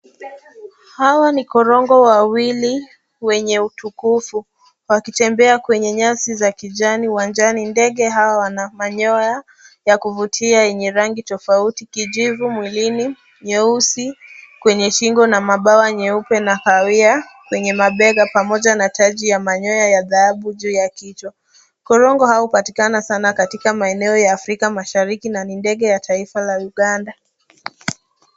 Hawa ni korongo wawili wenye utukufu, wakitembea kwenye nyasi za kijani uwanjani. Ndege hawa wana manyoya ya kuvutia yenye rangi tofauti; kijivu mwilini, nyeusi kwenye shingo na mabawa nyeupe na kahawia kwenye mabega pamoja na taji ya manyoya ya dhahabu juu ya kichwa. Korongo hawa hupatikana sana katika maeneo ya Afrika Mashariki. Na ni ndege wa taifa la Uganda.